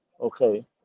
Okay